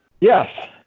Yes